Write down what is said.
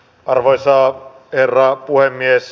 arvoisa herra puhemies